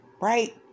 Right